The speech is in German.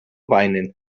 weinen